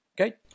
Okay